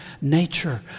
nature